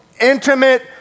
intimate